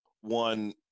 one